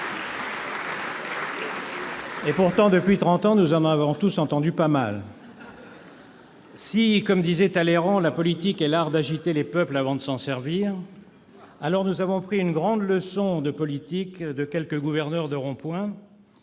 Et pourtant, depuis trente ans, nous en avons tous pas mal entendu ! Si, comme disait Talleyrand, la politique est l'art d'agiter les peuples avant de s'en servir, alors nous avons pris une grande leçon de politique de la part de quelques gouverneurs de rond-point,